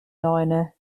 neune